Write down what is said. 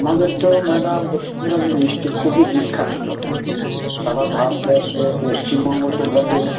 আমাদের তো ম্যাডাম দক্ষিণারঞ্জন মিষ্টি খুবই বিখ্যাত সারা ভারতবর্ষ পশ্চিমবঙ্গ তো বটে